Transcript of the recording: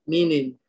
Meaning